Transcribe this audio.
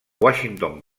washington